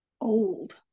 old